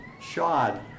shod